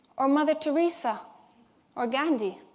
or mother teresa or ghandi?